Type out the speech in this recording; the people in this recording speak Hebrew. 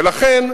ולכן,